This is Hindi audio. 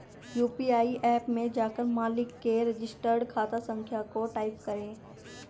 यू.पी.आई ऐप में जाकर मालिक के रजिस्टर्ड खाता संख्या को टाईप करें